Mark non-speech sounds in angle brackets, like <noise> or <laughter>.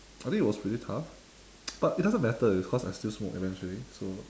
I think it was really tough <noise> but it doesn't matter because I still smoke eventually so